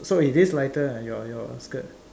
so it is lighter ah your your skirt